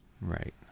Right